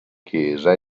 chiesa